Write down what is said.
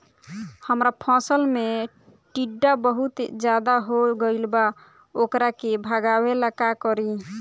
हमरा फसल में टिड्डा बहुत ज्यादा हो गइल बा वोकरा के भागावेला का करी?